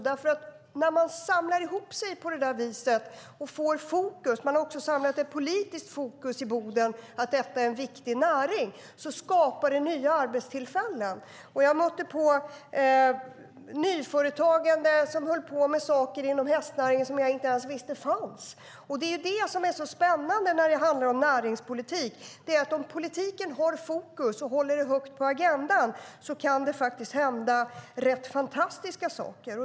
De har också samlat ett politiskt fokus i Boden på att detta är en viktig näring. Det skapar nya arbetstillfällen. Jag träffade nyföretagare som höll på med saker inom hästnäringen som jag inte ens visste fanns. Det är detta som är så spännande inom näringspolitiken. Om politiken har fokus på detta och sätter det högt på agendan kan det faktiskt hända rätt fantastiska saker.